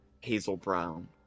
hazel-brown